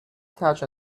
attach